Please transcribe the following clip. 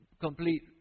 complete